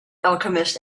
alchemist